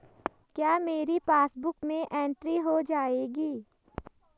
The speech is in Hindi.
क्या मेरी पासबुक में एंट्री हो जाएगी?